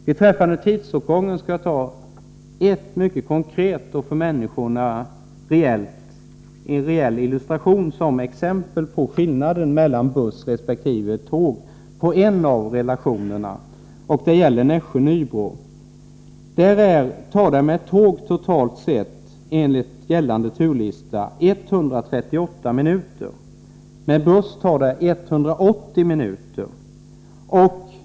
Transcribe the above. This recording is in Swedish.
Beträffande tidsåtgången skall jag ta ett för människorna mycket konkret exempel som illustration till skillnaden mellan buss och tåg. På sträckan Nässjö-Nybro tar det med tåg totalt sett, enligt gällande turlista, 138 minuter. Med buss tar det 180 minuter.